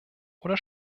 oder